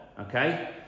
okay